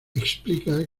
explica